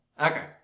Okay